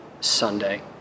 Sunday